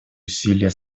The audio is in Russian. усилия